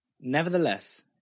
Nevertheless